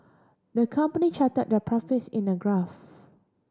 the company charted their profits in a graph